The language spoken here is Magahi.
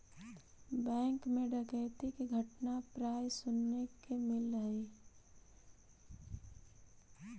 बैंक मैं डकैती के घटना प्राय सुने के मिलऽ हइ